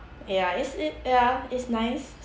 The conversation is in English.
ya is it ya it's nice